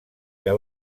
que